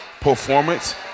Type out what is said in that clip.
performance